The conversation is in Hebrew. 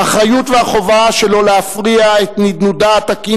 האחריות והחובה שלא להפריע את תנודתה התקינה